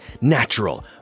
natural